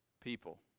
people